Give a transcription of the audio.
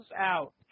out